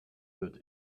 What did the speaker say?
wird